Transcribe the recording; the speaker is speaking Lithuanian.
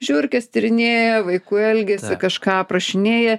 žiurkes tyrinėja vaikų elgesį kažką prašinėja